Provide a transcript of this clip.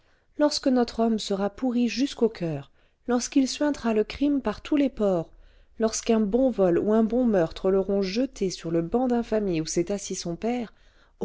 lorsque notre homme sera pourri jusqu'au coeur lorsqu'il suintera le crime par tous les pores lorsqu'un bon vol ou un bon meurtre l'auront jeté sur le banc d'infamie où s'est assis son père